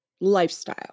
lifestyle